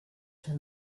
for